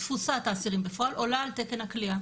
תפוסת האסירים בפועל עולה על תקן הכליאה.